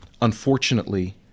unfortunately